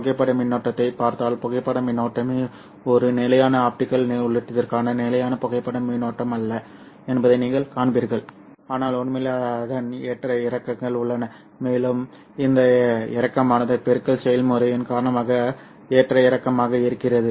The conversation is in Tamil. புகைப்பட மின்னோட்டத்தைப் பார்த்தால் புகைப்பட மின்னோட்டமே ஒரு நிலையான ஆப்டிகல் உள்ளீட்டிற்கான நிலையான புகைப்பட மின்னோட்டமல்ல என்பதை நீங்கள் காண்பீர்கள் ஆனால் உண்மையில் அதன் ஏற்ற இறக்கங்கள் உள்ளன மேலும் இந்த ஏற்ற இறக்கமானது பெருக்கல் செயல்முறையின் காரணமாக ஏற்ற இறக்கமாக இருக்கிறது